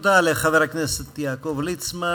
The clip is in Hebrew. תודה לחבר הכנסת יעקב ליצמן.